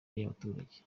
y’abaturage